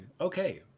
okay